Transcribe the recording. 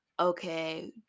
okay